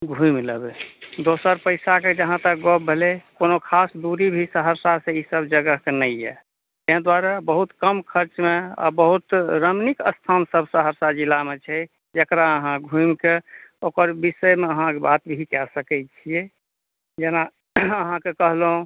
घुमि लेबै दोसर पैसा के जहाँतक गप भेलै कोनो खास दुरी भी सहरसा सॅं ई सब जगह के नहि अहि ताहि दुआरे बहुत कम खर्च मे आ बहुत रमणीक स्थान सब सहरसा जिला मे छै जकरा अहाँ घुमि कऽ ओकर विषय मे अहाँ बात भी कऽ सकै छियै जेना अहाँ के कहलहुॅं